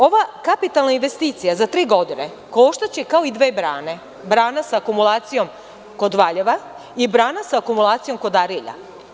Ova kapitalna investicija za tri godine koštaće kao i dve brane: brana sa akumulacijom kod Valjeva i brana sa akumulacijom kod Arilja.